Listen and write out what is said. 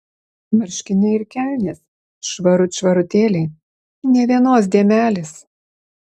marškiniai ir kelnės švarut švarutėliai nė vienos dėmelės